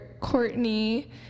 Courtney